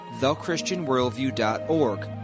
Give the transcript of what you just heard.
thechristianworldview.org